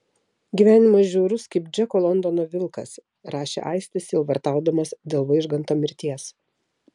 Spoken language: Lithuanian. gyvenimas žiaurus kaip džeko londono vilkas rašė aistis sielvartaudamas dėl vaižganto mirties